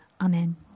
amen